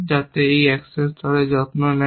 যাতে এটি অ্যাকশন স্তরের যত্ন নেয়